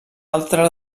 altra